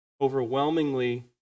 overwhelmingly